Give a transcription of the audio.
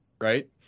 right